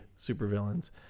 supervillains